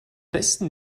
besten